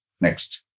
Next